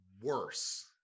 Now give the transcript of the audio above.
worse